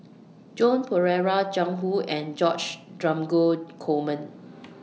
Joan Pereira Jiang Hu and George Dromgold Coleman